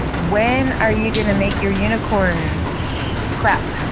when are you going to make your unicorn crap?